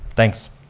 thanks.